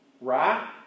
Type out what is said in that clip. right